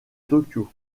tokyo